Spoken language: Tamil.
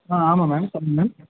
ஆ ஆமாம் மேம் சொல்லுங்க